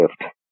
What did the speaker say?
gift